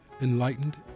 enlightened